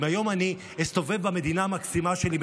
אם היום אני אסתובב במדינה המקסימה שלי,